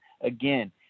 again